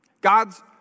God's